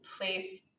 place